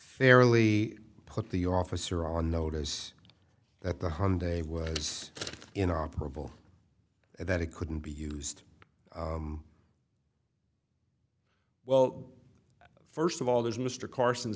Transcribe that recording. fairly put the officer on notice that the hyundai was in operable and that it couldn't be used well first of all there's mr carson